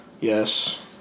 Yes